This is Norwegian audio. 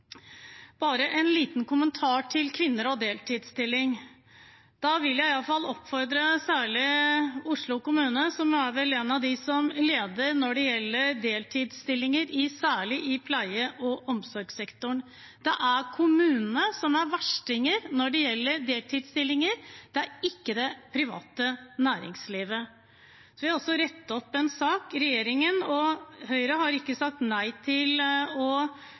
En liten kommentar til kvinner og deltidsstillinger: Her vil jeg oppfordre særlig Oslo kommune, som vel er en av dem som leder når det gjelder bruken av deltidsstillinger, særlig i pleie- og omsorgssektoren. Det er kommunene som er verstingene når det gjelder deltidsstillinger – det er ikke det private næringslivet. Jeg vil også rette opp noe: Regjeringen og Høyre har ikke sagt nei til å